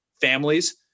families